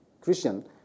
Christian